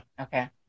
Okay